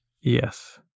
Yes